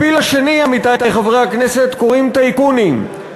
לפיל השני, עמיתי חברי הכנסת, קוראים טייקונים.